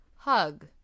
Hug